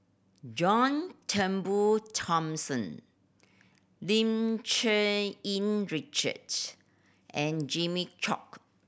John Turnbull Thomson Lim Cherng Yih Richard and Jimmy Chok